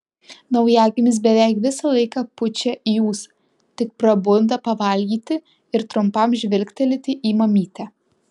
naujagimis beveik visą laiką pučia į ūsą tik prabunda pavalgyti ir trumpam žvilgtelėti į mamytę